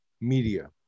media